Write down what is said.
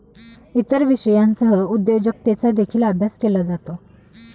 इतर विषयांसह उद्योजकतेचा देखील अभ्यास केला जातो